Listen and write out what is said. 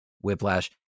Whiplash